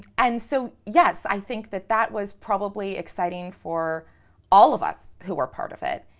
and so yes, i think that that was probably exciting for all of us who are part of it.